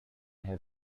have